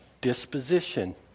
disposition